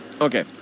okay